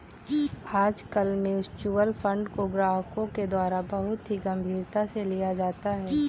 आजकल mutual fund को ग्राहकों के द्वारा बहुत ही गम्भीरता से लिया जाता है